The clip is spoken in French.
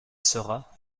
saura